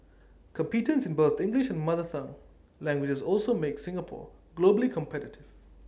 competence in both English and mother tongue languages also makes Singapore globally competitive